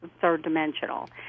third-dimensional